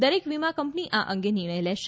દરેક વીમા કંપની આ અંગે નિર્ણય લેશે